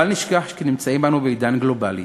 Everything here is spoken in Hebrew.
בל נשכח שנמצאים אנו בעידן גלובלי,